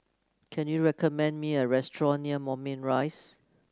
can you recommend me a restaurant near Moulmein Rise